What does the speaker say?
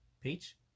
peach